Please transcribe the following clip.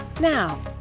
Now